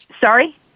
Sorry